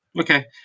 Okay